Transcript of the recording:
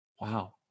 Wow